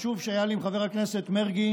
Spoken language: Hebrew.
חשוב שהיה לי עם חבר הכנסת מרגי,